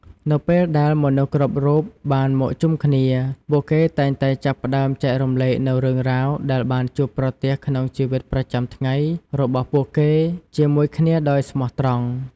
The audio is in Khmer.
នៅពេលដែលមនុស្សគ្រប់រូបបានមកជុំគ្នា ពួកគេតែងតែចាប់ផ្ដើមចែករំលែកនូវរឿងរ៉ាវដែលបានជួបប្រទះក្នុងជីវិតប្រចាំថ្ងៃរបស់ពួកគេជាមួយគ្នាដោយស្មោះត្រង់។